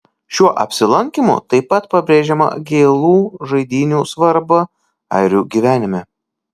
šiuo apsilankymu taip pat pabrėžiama gėlų žaidynių svarba airių gyvenime